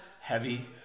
heavy